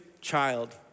child